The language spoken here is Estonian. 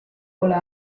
pole